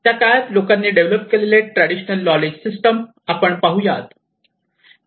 त्या काळात लोकांनी डेव्हलप केलेले ट्रॅडिशनल नॉलेज सिस्टम आपण पाहू यात